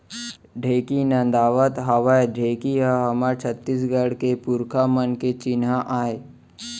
ढेंकी नदावत हावय ढेंकी ह हमर छत्तीसगढ़ के पुरखा मन के चिन्हा आय